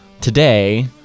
today